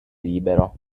libero